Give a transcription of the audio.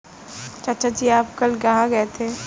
चाचा जी आप कल कहां गए थे?